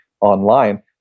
online